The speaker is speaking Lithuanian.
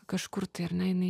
kažkur ar ne jinai